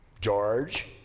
George